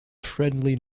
friendly